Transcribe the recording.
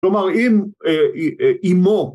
‫כלומר, אם אימו